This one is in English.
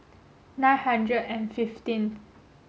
nine hundred and fifteenth